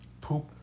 Poop